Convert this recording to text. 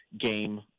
game